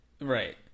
Right